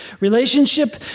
Relationship